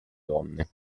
donne